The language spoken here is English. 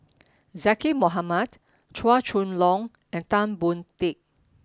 Zaqy Mohamad Chua Chong Long and Tan Boon Teik